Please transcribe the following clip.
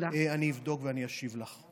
אני אבדוק ואני אשיב לך.